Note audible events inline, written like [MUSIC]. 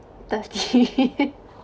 thirty [LAUGHS]